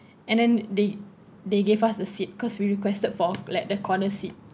and then they they gave us a seat cause we requested for like the corner seat